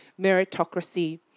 meritocracy